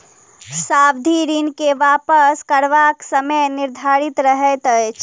सावधि ऋण मे वापस करबाक समय निर्धारित रहैत छै